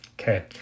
Okay